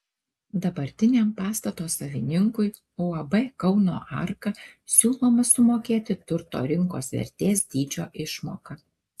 dabartiniam pastato savininkui uab kauno arka siūloma sumokėti turto rinkos vertės dydžio išmoką